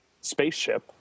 spaceship